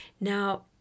now